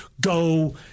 go